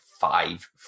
five